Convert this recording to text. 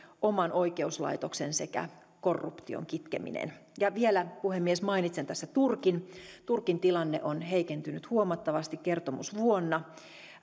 oma oikeuslaitos sekä korruption kitkeminen vielä puhemies mainitsen tässä turkin turkin tilanne on heikentynyt huomattavasti kertomusvuonna